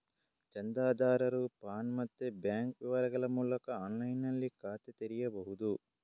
ಚಂದಾದಾರರು ಪಾನ್ ಮತ್ತೆ ಬ್ಯಾಂಕ್ ವಿವರಗಳ ಮೂಲಕ ಆನ್ಲೈನಿನಲ್ಲಿ ಖಾತೆ ತೆರೀಬಹುದು